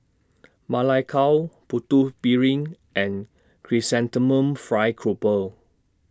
Ma Lai Gao Putu Piring and Chrysanthemum Fried Grouper